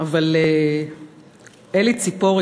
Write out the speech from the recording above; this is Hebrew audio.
אבל אלי ציפורי,